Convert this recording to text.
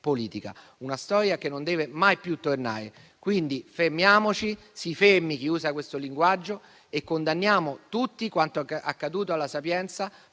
politica. Una storia che non deve mai più tornare. Quindi fermiamoci, si fermi chi usa questo linguaggio e condanniamo tutti quanto accaduto alla Sapienza,